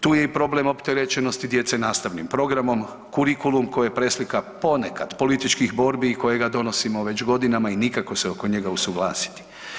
Tu je i problem opterećenosti djece nastavnim programom, kurikulum koji je preslika ponekad političkih borbi i kojega donosimo već godinama i nikako se oko njega usuglasiti.